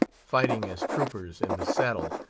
fighting as troopers in the saddle,